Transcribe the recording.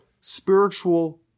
spiritual